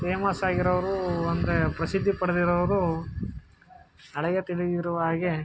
famous ಆಗಿರೋವ್ರು ಅಂದರೆ ಪ್ರಸಿದ್ಧಿ ಪಡೆದಿರೋವ್ರು ನನಗೆ ತಿಳಿದಿರುವ ಹಾಗೆ